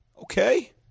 Okay